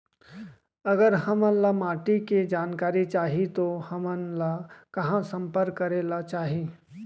अगर हमन ला माटी के जानकारी चाही तो हमन ला कहाँ संपर्क करे ला चाही?